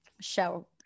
show